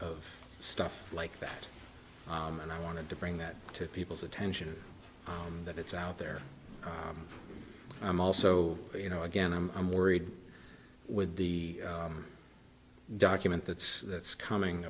of stuff like that and i wanted to bring that to people's attention that it's out there i'm also you know again i'm i'm worried with the document that's that's coming